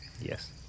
Yes